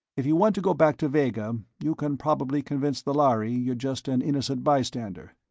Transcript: if you want to go back to vega, you can probably convince the lhari you're just an innocent bystander.